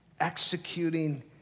Executing